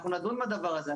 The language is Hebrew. אנחנו נדון בדבר הזה,